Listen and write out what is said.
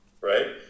right